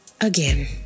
again